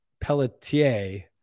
Pelletier